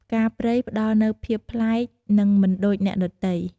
ផ្កាព្រៃផ្តល់នូវ ភាពប្លែក និងមិនដូចអ្នកដទៃ។